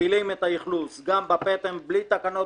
מגבילים את האכלוס גם בפטם בלי תקנות